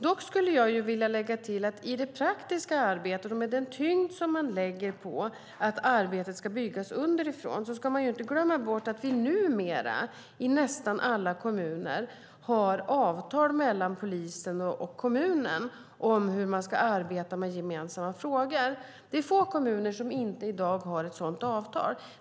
Dock skulle jag vilja lägga till att i det praktiska arbetet och med den tyngd som man lägger på att arbetet ska byggas underifrån ska man inte glömma bort att vi numera i nästan alla kommuner har avtal mellan polisen och kommunen om hur man ska arbeta med gemensamma frågor. Det är få kommuner i dag som inte har ett sådant avtal.